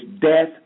death